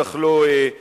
בטח לא ההקפאה,